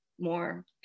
more